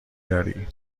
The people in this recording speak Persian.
داری